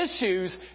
issues